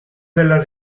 della